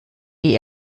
die